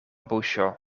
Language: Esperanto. buŝo